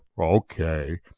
Okay